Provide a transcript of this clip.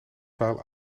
vuil